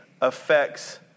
affects